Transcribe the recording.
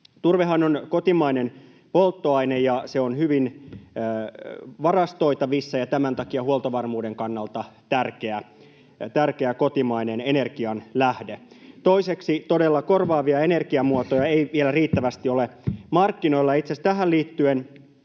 Turvehan on kotimainen polttoaine, ja se on hyvin varastoitavissa ja tämän takia huoltovarmuuden kannalta tärkeä kotimainen energianlähde. Toiseksi korvaavia energiamuotoja ei todella ole vielä riittävästi markkinoilla. Itse asiassa tähän liittyen